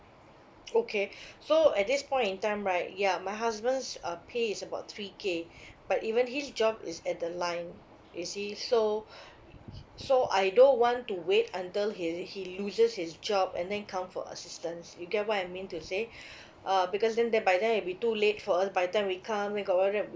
okay so at this point in time right ya my husband's uh pay is about three K but even his job is at the line you see so so I don't want to wait until he he loses his job and then come for assistance you get what I mean to say uh because then there by then it'll be too late for us by the time we come we got